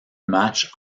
matchs